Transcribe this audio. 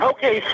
Okay